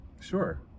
Sure